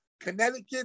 Connecticut